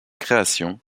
création